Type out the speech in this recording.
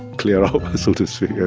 clear out, so to speak. yeah